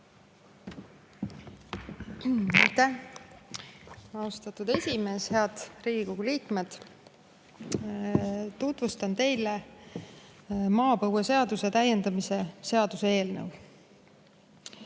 austatud esimees! Head Riigikogu liikmed! Tutvustan teile maapõueseaduse täiendamise seaduse eelnõu.